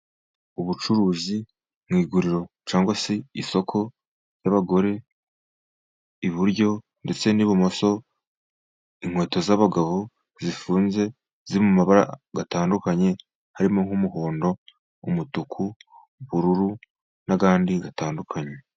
Ubucuruzi mu iguriro cyangwa se isoko ry'abagore, iburyo ndetse n'ibumoso inkweto z'abagabo zifunze ziri mu mabara atandukanye, harimo nk'umuhondo, umutuku ubururu, n'andi atandukanye.